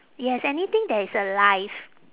yes anything that is alive